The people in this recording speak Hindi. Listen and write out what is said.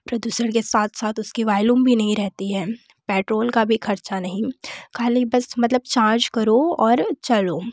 प्रदूषण के साथ साथ उसकी वैल्यूम भी नहीं रहती है पेट्रोल का भी खर्चा नहीं खाली बस मतलब चार्ज करो और चलो